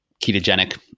ketogenic